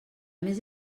més